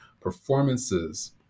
performances